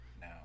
now